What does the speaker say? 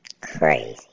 Crazy